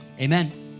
amen